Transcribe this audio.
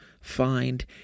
find